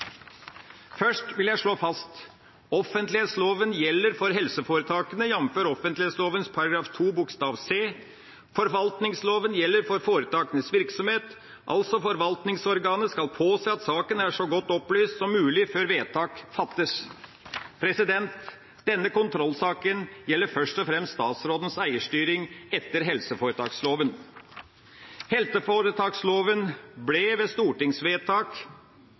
Først vil jeg slå fast: Offentlighetsloven gjelder for helseforetakene, jf. offentlighetsloven § 2 c. Forvaltningsloven gjelder for foretakenes virksomhet, altså at «forvaltningsorganet skal påse at saken er så godt opplyst som mulig før vedtak fattes». Denne kontrollsaken gjelder først og fremst statsrådens eierstyring etter helseforetaksloven. Helseforetaksloven ble vedtatt ved stortingsvedtak